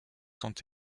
sont